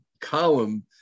column